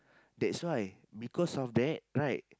that's why because of that right